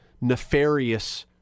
nefarious